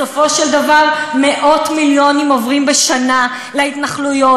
בסופו של דבר מאות מיליונים עוברים בשנה להתנחלויות.